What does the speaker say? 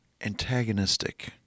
antagonistic